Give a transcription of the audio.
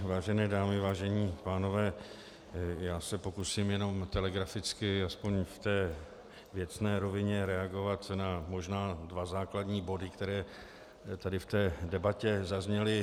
Vážené dámy a vážení pánové, já se pokusím jenom telegraficky aspoň v té věcné rovině reagovat na možná dva základní body, které tady v té debatě zazněly.